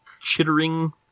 chittering